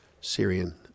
Syrian